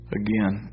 again